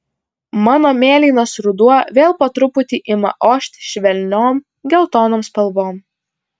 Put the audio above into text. mano mėlynas ruduo vėl po truputį ima ošti švelniom geltonom spalvom